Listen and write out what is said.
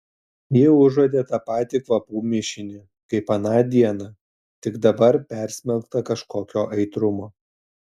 ji užuodė tą patį kvapų mišinį kaip aną dieną tik dabar persmelktą kažkokio aitrumo